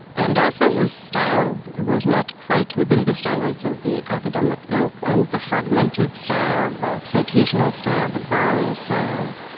and also, his style was not quite within the standards of the academic ilk, and the fragmented style, the citational style, the borrowing style.